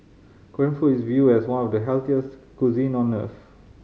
Korean food is viewed as one of the healthiest cuisine on earth